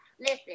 listen